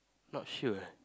not sure